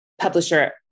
publisher